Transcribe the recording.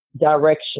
direction